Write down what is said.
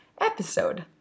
episode